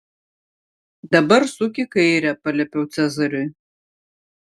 dabar suk į kairę paliepiau cezariui